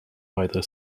either